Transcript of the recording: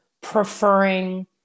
preferring